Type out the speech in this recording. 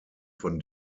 von